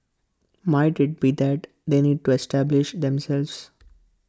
might IT be that they need to establish themselves